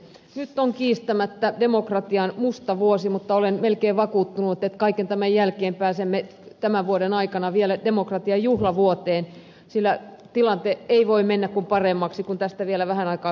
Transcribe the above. nyt on kiistämättä demokratian musta vuosi mutta olen melkein vakuuttunut että kaiken tämän jälkeen pääsemme vielä tämän vuoden aikana demokratian juhlavuoteen sillä tilanne ei voi mennä kuin paremmaksi kun tästä vielä vähän aikaa sukellamme